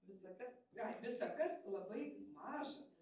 visa kas aj visa kas labai maža